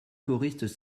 choristes